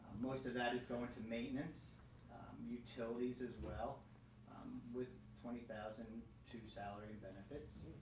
most of that is going to maintenance utilities as well with twenty thousand to salary benefits.